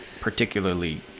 particularly